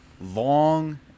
long